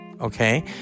Okay